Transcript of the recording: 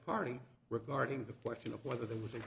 party regarding the question of whether there was a